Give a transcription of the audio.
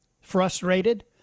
Frustrated